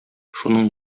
шуның